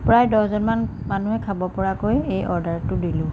প্ৰায় দহজনমান মানুহে খাব পৰাকৈ এই অৰ্ডাৰটো দিলোঁ